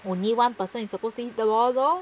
only one person in suppose to the ball lor